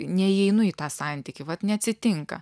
neįeinu į tą santykį vat neatsitinka